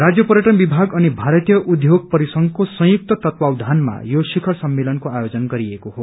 राज्य पर्यटन विभाग अनि भारतीय उद्योग परिसंघको संयुक्त तत्वावधानमा यो शिखर सम्मेलनको आयोजन गरिएको हो